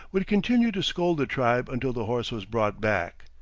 would continue to scold the tribe until the horse was brought back.